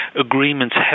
agreements